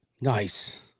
Nice